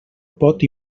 pot